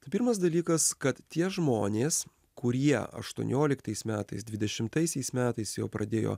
tai pirmas dalykas kad tie žmonės kurie aštuonioliktais metais dvidešimtaisiais metais jau pradėjo